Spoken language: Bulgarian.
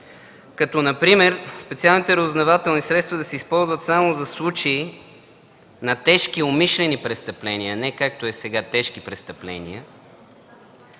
като например специалните разузнавателни средства да се използват само за случаи на тежки умишлени престъпления, а не както е сега „тежки престъпления”,